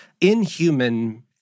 inhuman